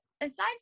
aside